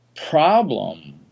problem